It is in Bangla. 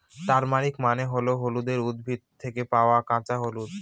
টারমারিক মানে হল হলুদের উদ্ভিদ থেকে পাওয়া কাঁচা হলুদ